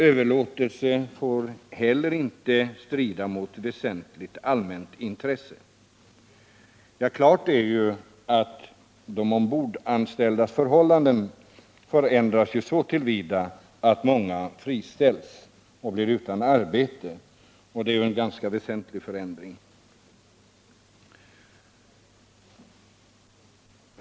Överlåtelse får heller inte strida mot väsentligt allmänt intresse. Ja, klart är att de ombordanställdas förhållanden förändras så till vida att många friställs och blir utan arbete, och det är ju en ganska väsentlig förändring.